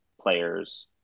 players